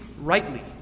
rightly